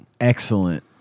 Excellent